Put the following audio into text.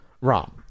ROM